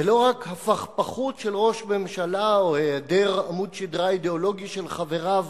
ולא רק הפכפכות של ראש ממשלה או היעדר עמוד שדרה אידיאולוגי של חבריו